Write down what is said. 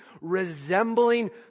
resembling